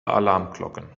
alarmglocken